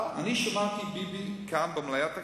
אני שמעתי את ביבי כאן, במליאת הכנסת,